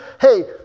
Hey